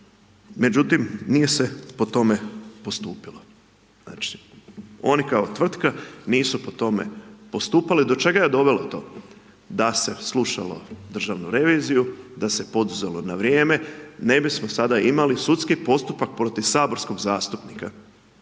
međutim, nije se po tome postupilo. Znači, oni kao tvrtka nisu po tome postupali. Do čega je dovelo to? Da se je slušalo Državnu reviziju, da se poduzelo na vrijeme, ne bismo sada imali sudski postupak, protiv saborskog zastupnika